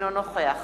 אינו נוכח